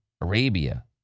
Arabia